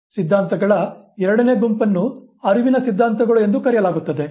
ಸಿದ್ಧಾಂತಗಳ ಎರಡನೇ ಗುಂಪನ್ನು ಅರಿವಿನ ಸಿದ್ಧಾಂತಗಳು ಎಂದು ಕರೆಯಲಾಗುತ್ತದೆ